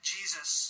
Jesus